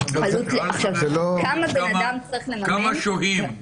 כמה שוהים?